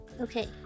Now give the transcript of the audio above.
Okay